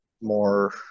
more